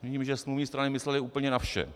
Vidím, že smluvní strany myslely úplně na vše.